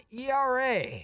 ERA